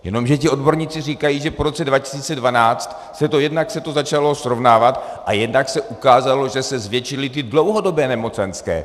Jenomže odborníci říkají, že po roce 2012 se to jednak začalo srovnávat, jednak se ukázalo, že se zvětšily dlouhodobé nemocenské.